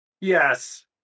Yes